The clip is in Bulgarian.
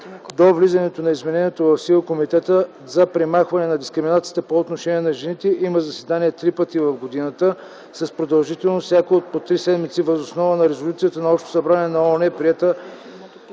До влизането на изменението в сила Комитетът за премахване на дискриминацията по отношение на жените има заседания три пъти в годината с продължителност всяко от по три седмици, въз основа на резолюция на Общото събрание на ООН, приета